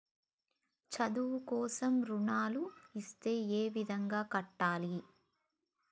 చదువు కోసం రుణాలు ఇస్తే ఏ విధంగా కట్టాలి?